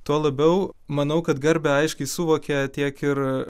tuo labiau manau kad garbę aiškiai suvokė tiek ir